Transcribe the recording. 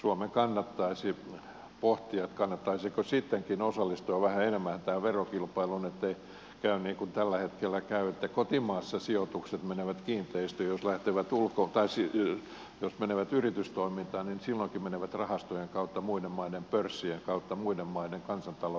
suomen kannattaisi pohtia kannattaisiko sittenkin osallistua vähän enemmän tähän verokilpailuun ettei käy niin kuin tällä hetkellä käy että kotimaassa sijoitukset jos menevät yritystoimintaan silloinkin menevät rahastojen kautta muiden maiden pörssien kautta muiden maiden kansantalouden tukemiseen